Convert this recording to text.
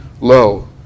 low